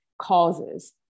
causes